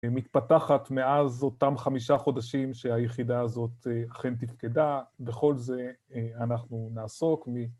מתפתחת מאז אותם חמישה חודשים שהיחידה הזאת אכן תפקדה. בכל זה, אנחנו נעסוק מ...